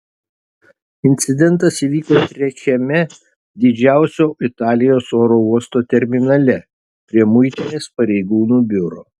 incidentas įvyko trečiame didžiausio italijos oro uosto terminale prie muitinės pareigūnų biuro